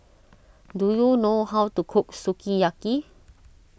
do you know how to cook Sukiyaki